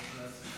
כבוד היושב-ראש,